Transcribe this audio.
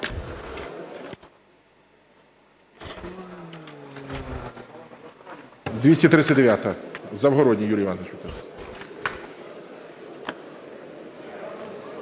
239-а, Загородній Юрій Іванович.